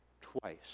twice